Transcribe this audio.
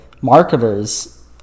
Marketers